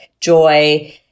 joy